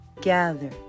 gather